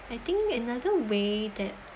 I think another way that